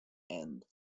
and